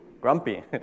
grumpy